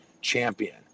champion